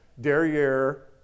derriere